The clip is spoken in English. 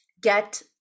get